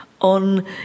on